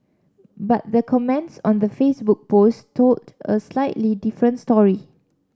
but the comments on the Facebook post told a slightly different story